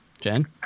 Jen